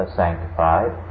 sanctified